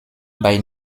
bei